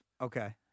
Okay